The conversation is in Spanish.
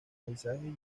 paisajes